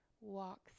walk